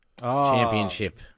Championship